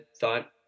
thought